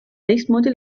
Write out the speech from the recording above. teistmoodi